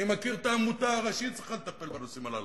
אני מכיר את העמותה הראשית שצריכה לטפל בנושאים הללו,